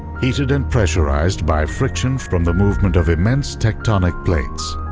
heated and pressurized by friction from the movement of immense tectonic plates.